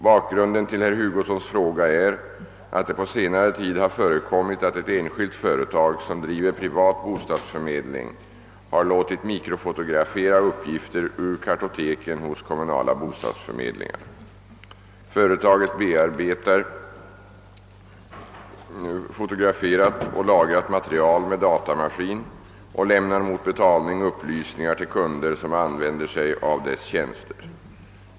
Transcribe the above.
Bakgrunden till herr Hugossons fråga är att det på senare tid har förekommit att ett enskilt företag, som driver privat bostadsförmedling, har låtit mikrofotografera uppgifter ur kartoteken hos kommunala bostadsförmedlingar. Företaget bearbetar fotograferat och lagrat material med datamaskin och lämnar mot betalning upplysningar till kunder, som använder sig av dess tjänster.